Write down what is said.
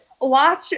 watch